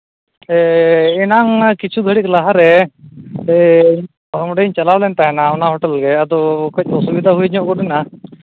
ᱮᱱᱟᱝ ᱠᱤᱪᱷᱩ ᱜᱷᱟᱹᱲᱤᱡ ᱞᱟᱦᱟᱨᱮ ᱚᱸᱰᱮᱧ ᱪᱟᱞᱟᱣ ᱮᱱ ᱛᱟᱦᱮᱱᱟ ᱚᱱᱟ ᱦᱳᱴᱮᱞ ᱜᱮ ᱠᱟᱹᱡ ᱚᱥᱩᱵᱤᱫᱷᱟ ᱦᱩᱭ ᱧᱚᱜ ᱮᱱᱟ